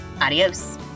Adios